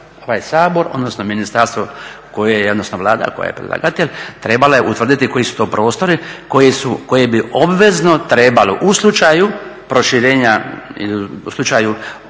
ovaj Sabor, odnosno ministarstvo, odnosno Vlada koja je predlagatelj, trebala je utvrditi koji su to prostori koji bi obvezno trebali u slučaju proširenja, u slučaju